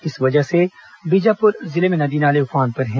इस वजह से बीजापुर जिले में नदी नाले उफान पर हैं